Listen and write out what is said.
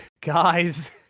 guys